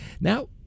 now